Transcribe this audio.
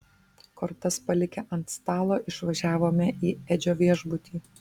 kortas palikę ant stalo išvažiavome į edžio viešbutį